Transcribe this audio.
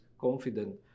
confident